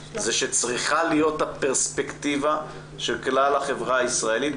זה שצריכה להיות הפרספקטיבה של כלל החברה הישראלית,